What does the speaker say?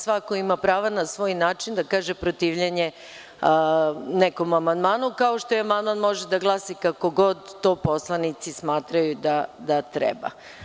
Svako ima prava na svoj način da kaže protivljenje nekom amandmanu, kao što i amandman može da glasi kako god to poslanici smatraju da treba.